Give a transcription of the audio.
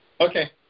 Okay